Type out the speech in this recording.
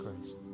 Christ